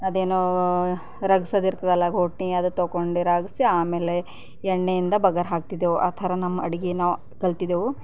ಅದೇನೋ ರಗ್ಗಿಸಿದ್ದಿರ್ತದಲ್ಲ ರೊಟ್ಟಿ ಅದು ತೊಗೊಂಡು ರಗ್ಗಿಸಿ ಆಮೇಲೆ ಎಣ್ಣೆಯಿಂದ ಬಗಾರ ಹಾಕ್ತಿದ್ದೆವು ಆ ಥರ ನಮ್ಮ ಅಡುಗೆ ನಾವು ಕಲ್ತಿದ್ದೆವು